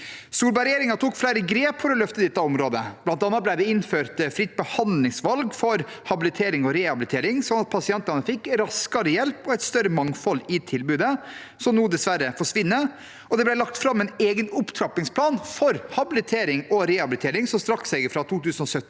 Solberg-regjeringen tok flere grep for å løfte dette området. Det ble bl.a. innført fritt behandlingsvalg for habilitering og rehabilitering, sånn at pasientene fikk raskere hjelp og et større mangfold i tilbudet, som nå dessverre forsvinner, og det ble lagt fram en egen opptrappingsplan for habilitering og rehabilitering som strakk seg fra 2017